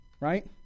right